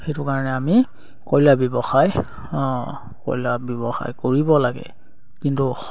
সেইটো কাৰণে আমি কয়লা ব্যৱসায় কয়লা ব্যৱসায় কৰিব লাগে কিন্তু